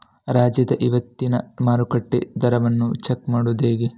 ರಾಜ್ಯದ ಇವತ್ತಿನ ಮಾರುಕಟ್ಟೆ ದರವನ್ನ ಚೆಕ್ ಮಾಡುವುದು ಹೇಗೆ?